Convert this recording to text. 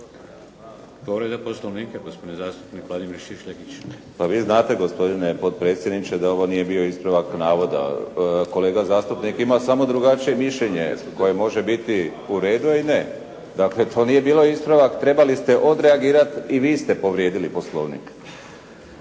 Šišljagić. **Šišljagić, Vladimir (HDSSB)** Pa vi znate gospodine potpredsjedniče da ovo nije bio ispravak navoda. Kolega zastupnik ima samo drugačije mišljenje koje može biti u redu a i ne. Dakle, to nije bio ispravak, trebali ste odreagirati i vi ste povrijedili Poslovnik.